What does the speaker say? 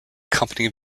company